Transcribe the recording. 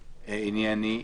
ענייני.